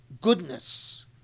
goodness